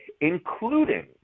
including